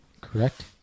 correct